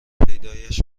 پیدایش